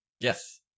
Yes